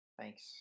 Thanks